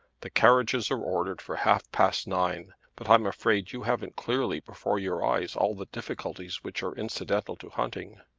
the carriages are ordered for half-past nine. but i'm afraid you haven't clearly before your eyes all the difficulties which are incidental to hunting.